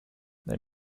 let